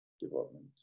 development